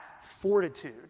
fortitude